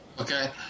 Okay